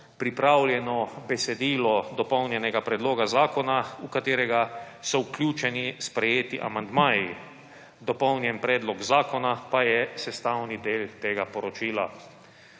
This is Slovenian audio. pripravljeno besedilo dopolnjenega predloga zakona, v katerega so vključeni sprejeti amandmaji. Dopolnjen predlog zakona pa je sestavni del tega poročila.